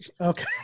Okay